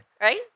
Right